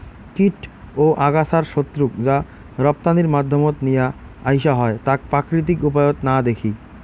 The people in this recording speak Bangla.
কীট ও আগাছার শত্রুক যা রপ্তানির মাধ্যমত নিয়া আইসা হয় তাক প্রাকৃতিক উপায়ত না দেখি